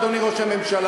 אדוני ראש הממשלה,